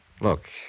Look